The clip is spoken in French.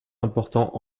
important